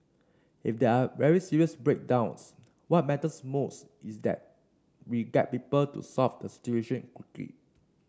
if there are very serious breakdowns what matters most is that we get people to solve the situation quickly